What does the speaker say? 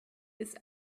ist